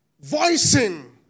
voicing